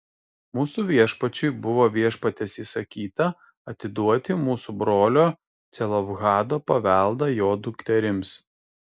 mūsų viešpačiui buvo viešpaties įsakyta atiduoti mūsų brolio celofhado paveldą jo dukterims